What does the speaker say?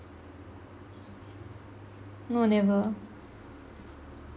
no never